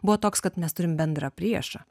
buvo toks kad mes turim bendrą priešą